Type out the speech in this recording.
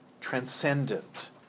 transcendent